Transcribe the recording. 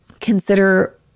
Consider